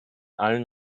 allen